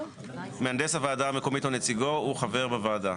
מהנדס הועדה המקומית או נציגו הוא חבר בוועדה,